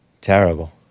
Terrible